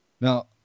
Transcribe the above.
Now